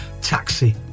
Taxi